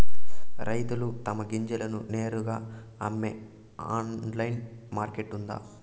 రైతులు తమ గింజలను నేరుగా అమ్మే ఆన్లైన్ మార్కెట్ ఉందా?